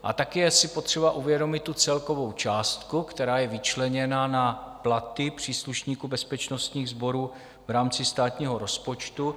A také je si potřeba uvědomit celkovou částku, která je vyčleněna na platy příslušníků bezpečnostních sborů v rámci státního rozpočtu.